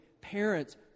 Parents